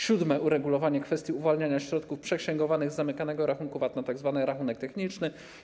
Siódme, uregulowanie kwestii uwalniania środków przeksięgowanych z zamykanego rachunku VAT na tzw. rachunek techniczny.